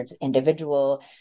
individual